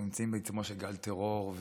אנחנו נמצאים בעיצומו של גל טרור,